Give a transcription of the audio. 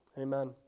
amen